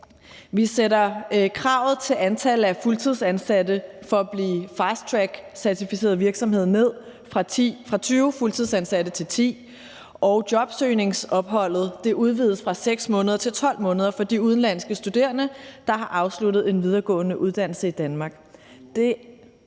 Vi sætter kravet til antallet af fuldtidsansatte, en virksomhed skal have for at blive certificeret til at bruge fasttrackordningen, ned fra 20 fuldtidsansatte til 10, og jobsøgningsopholdet udvides fra 6 måneder til 12 måneder for de udenlandske studerende, der har afsluttet en videregående uddannelse i Danmark.